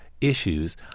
issues